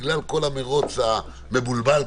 בגלל כל המרוץ המבולבל,